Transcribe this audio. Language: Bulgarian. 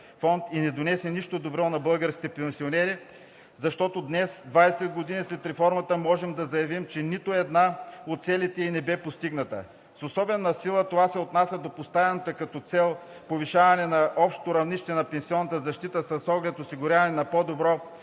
и не донесе нищо добро на българските пенсионери, защото днес – 20 години след реформата, можем да заявим, че нито една от целите ѝ не бе постигната. С особена сила това се отнася до поставената цел – повишаване на общото равнище на пенсионната защита с оглед осигуряване на по-доброто